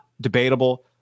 debatable